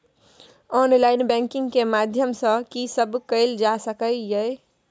Online banking के माध्यम सं की सब कैल जा सके ये?